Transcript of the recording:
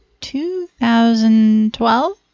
2012